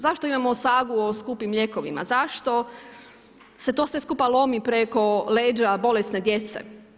Zašto imamo sagu o skupim lijekovima, zašto se sve to skupa lomi preko leđa bolesne djece?